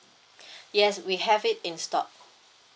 yes we have it in stock